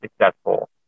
successful